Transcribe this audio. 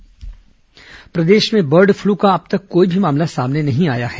bird flu alert प्रदेश में bird flu का अब तक कोई भी मामला सामने नहीं आया है